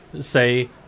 Say